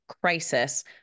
crisis